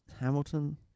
Hamilton